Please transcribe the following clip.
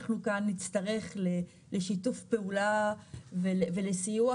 אנחנו כאן נצטרך לשיתוף פעולה ולסיוע,